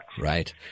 Right